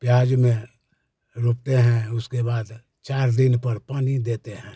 प्याज़ में रोपते हैं उसके बाद चार दिन पर पानी देते हैं